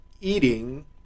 eating